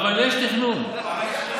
אתם לא יכולים לחכות?